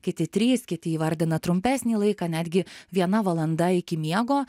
kiti trys kiti įvardina trumpesnį laiką netgi viena valanda iki miego